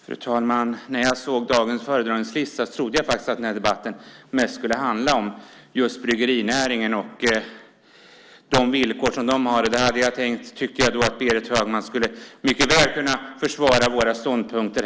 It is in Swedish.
Fru talman! När jag såg dagens föredragningslista trodde jag att debatten mest skulle handla om bryggerinäringen och de villkor den lever under. Där tyckte jag att Berit Högman mycket väl skulle ha kunnat försvara våra ståndpunkter.